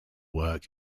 work